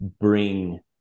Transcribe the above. bring